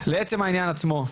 אז לעצם העניין עצמו.